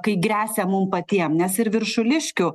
kai gresia mum patiem nes ir viršuliškių